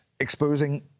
Exposing